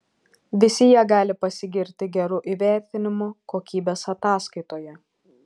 visi jie gali pasigirti geru įvertinimu kokybės ataskaitoje